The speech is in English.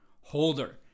holder